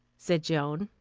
said joan.